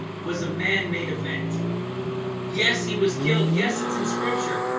was a man-made event yes, he was killed. yes. it's in scripture,